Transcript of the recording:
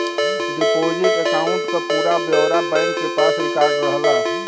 deposit account क पूरा ब्यौरा बैंक के पास रिकार्ड रहला